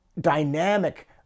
dynamic